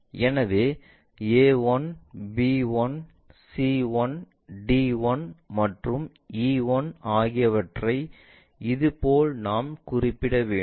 எனவே a 1 b 1 c 1 d 1 மற்றும் e 1 ஆகியவற்றை இதுபோல் நாம் குறிப்பிட வேண்டும்